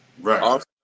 right